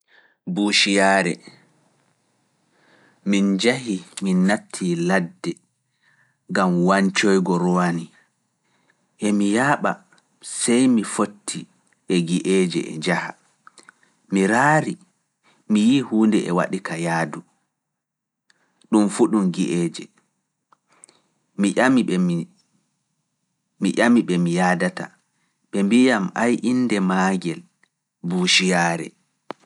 Buushiyaare, min njahi min nattii ladde gam wancoygo ruwani, emi yaaɓa sey mi foti e gi'eeje e njaha. Mi raari mi yi'i huunde e waɗi ka yaadu, ɗum fu ɗum gi'eeje. ɓe mi yaadata mbi dun buushiyaare.